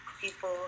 people